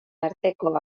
arteko